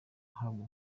ahabwa